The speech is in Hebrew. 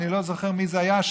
אני לא זוכר מי זה היה,